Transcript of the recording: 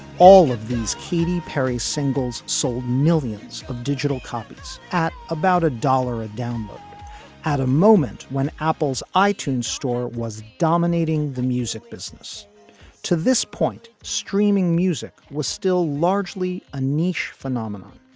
all of these katy perry singles sold millions of digital copies at about a dollar a download at a moment when apple's i-tunes store was dominating the music business to this point, streaming music was still largely a niche phenomenon.